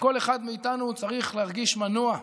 וכל אחד מאיתנו צריך להרגיש מנוע,